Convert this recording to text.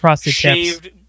shaved